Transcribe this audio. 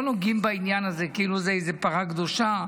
לא נוגעים בדבר הזה כאילו זה איזה פרה קדושה,